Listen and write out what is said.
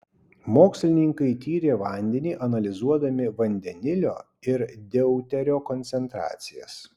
mokslininkai tyrė vandenį analizuodami vandenilio ir deuterio koncentracijas